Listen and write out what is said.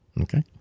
Okay